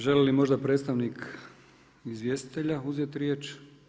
Želi li možda predstavnik izvjestitelja uzeti riječ?